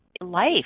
life